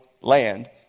land